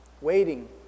waiting